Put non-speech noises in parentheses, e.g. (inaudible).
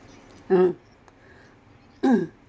(noise)